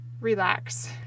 relax